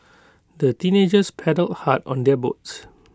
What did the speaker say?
the teenagers paddled hard on their boats